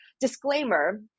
disclaimer